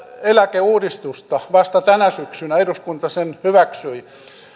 eläkeuudistusta vasta tänä syksynä eduskunta sen hyväksyi